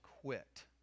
quit